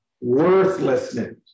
worthlessness